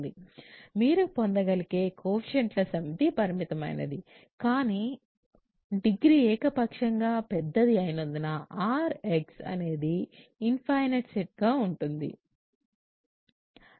మీరు పొందగలిగే కోఎఫీషియెంట్ల సమితి పరిమితమైనది కానీ డిగ్రీ ఏకపక్షంగా పెద్దది అయినందున Rx అనేది ఇన్ఫైనట్ సెట్ గా ఉంటుంది